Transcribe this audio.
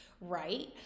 right